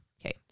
Okay